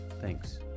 Thanks